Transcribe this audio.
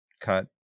Cut